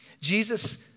Jesus